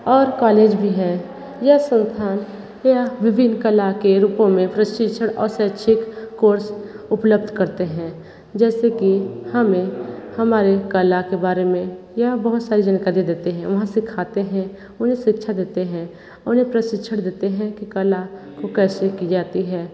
और कॉलेज भी हैं यह संस्थान यह विभिन्न कला के रूपों में प्रशिक्षण और शैक्षिक कोर्स उपलब्ध करते हैं जैसे कि हमें हमारे कला के बारे में यह बहुत सारी जानकारी देते हैं वहाँ सिखाते हैं उन्हें शिक्षा देते हैं उन्हें प्रशिक्षण देते हैं कि कला को कैसे की जाती है